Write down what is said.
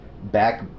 Back